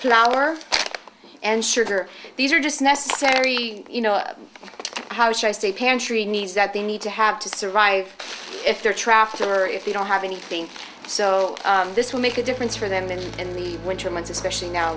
our and sugar these are just necessary you know how should i say pantry needs that they need to have to survive if they're trafficking or if they don't have anything so this will make a difference for them and in the winter months especially now